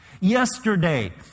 Yesterday